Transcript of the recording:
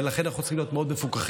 ולכן אנחנו צריכים להיות מאוד מפוכחים.